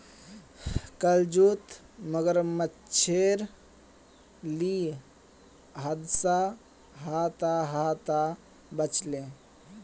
कल जूत मगरमच्छेर ली हादसा ह त ह त बच ले